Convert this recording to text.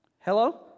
Hello